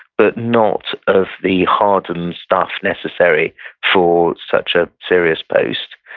but not of the hardened stuff necessary for such a serious post.